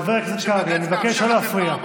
חבר הכנסת קרעי, אני מבקש לא להפריע.